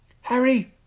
Harry